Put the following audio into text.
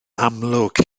amlwg